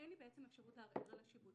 אין לי בעצם אפשרות לערער על השיבוץ.